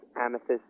Amethyst